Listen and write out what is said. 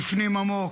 בפנים עמוק.